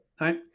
right